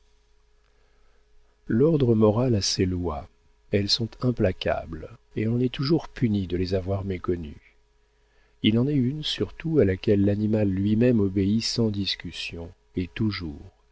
l'ordre moral a ses lois elles sont implacables et l'on est toujours puni de les avoir méconnues il en est une surtout à laquelle l'animal lui-même obéit sans discussion et toujours